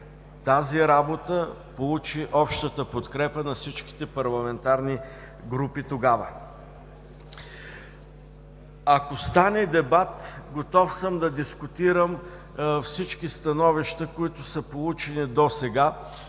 тази работа получи общата подкрепа на всичките парламентарни групи тогава. Ако стане дебат, готов съм да дискутирам всички становища, които са получени досега